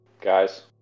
guys